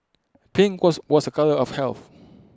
pink was was A colour of health